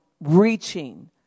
reaching